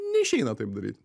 neišeina taip daryt